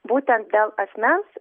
būtent dėl asmens